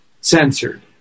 censored